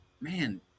man